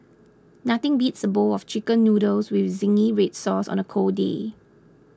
nothing beats a bowl of Chicken Noodles with Zingy Red Sauce on a cold day